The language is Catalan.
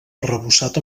arrebossat